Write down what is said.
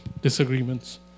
disagreements